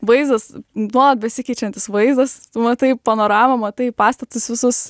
vaizdas nuolat besikeičiantis vaizdas matai ponoramą matai pastatus visus